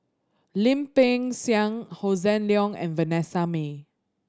Lim Peng Siang Hossan Leong and Vanessa Mae